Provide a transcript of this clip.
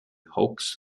hawks